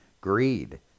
greed